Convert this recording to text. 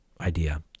idea